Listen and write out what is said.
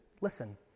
Listen